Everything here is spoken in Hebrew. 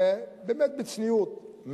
באמת בצניעות,